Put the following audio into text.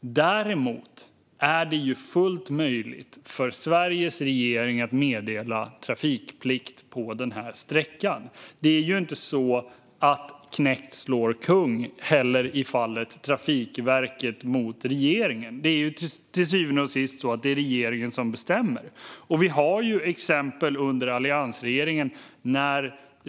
Däremot är det ju fullt möjligt för Sveriges regering att meddela trafikplikt på denna sträcka. Det är ju inte så att knekt slår kung heller i fallet Trafikverket mot regeringen. Det är ju till syvende och sist så att det är regeringen som bestämmer. Vi har ju exempel från alliansregeringens tid.